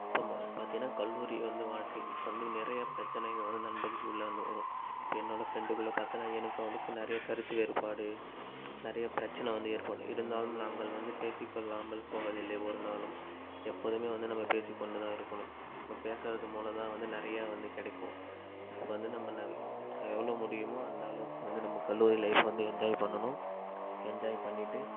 இப்போ மா பார்த்தீங்கன்னா கல்லூரி வந்து வாழ்க்கை இப்போ வந்து நிறைய பிரச்சனைகள் வந்து நண்பருக்கு உள்ள வந்து வரும் இப்போ என்னோட ஃப்ரெண்டுக்குள்ளே பார்த்தன்னா எனக்கும் அவனுக்கும் நிறைய கருத்து வேறுபாடு நிறைய பிரச்சனை வந்து ஏற்படும் இருந்தாலும் நாங்கள் வந்து பேசிக்கொள்ளாமல் போவதில்லை ஒருநாளும் எப்போதுமே வந்து நம்ம பேசிக் கொண்டு தான் இருக்கணும் இப்போ பேசாதது மூலம்தான் வந்து நிறையா வந்து கிடைக்கும் அப்போ வந்து நம்ப ந எவ்வளோ முடியுமோ அந்தளவுக்கு வந்து நம்ம கல்லூரி லைஃபை வந்து என்ஜாய் பண்ணணும் என்ஜாய் பண்ணிவிட்டு